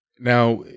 Now